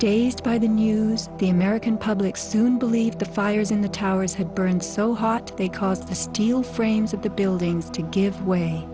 dazed by the news the american public soon believed the fires in the towers had burned so hot they caused the steel frames of the buildings to give way